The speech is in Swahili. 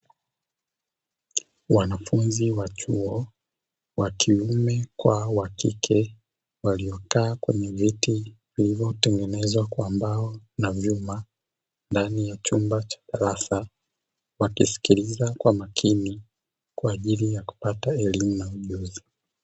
Mzee mmoja akiwa kwenye mashamba yakiwa yamelimwa wakulima watatu mwanamke mmja na wanaume wawili wakiendelea na zoezi la upalililiaji.